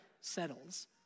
settles